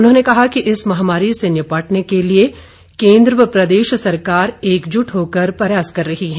उन्होंने कहा कि इस महामारी से निपटने के लिए केंद्र व प्रदेश सरकार एक जुट होकर प्रयास कर रही है